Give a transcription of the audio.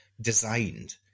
designed